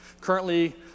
Currently